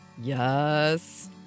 Yes